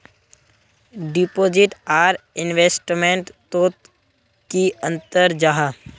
Deposit आर investment तोत की अंतर जाहा?